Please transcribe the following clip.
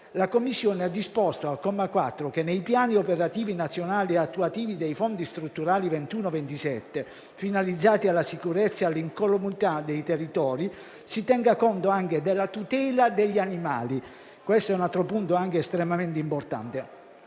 la Commissione ha disposto che, nei piani operativi nazionali attuativi dei fondi strutturali 2021-2027, finalizzati alla sicurezza e all'incolumità dei territori, si tenga conto anche della tutela degli animali. Questo è un altro punto estremamente importante.